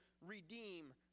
redeem